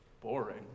Boring